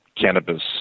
cannabis